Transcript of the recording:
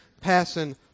passing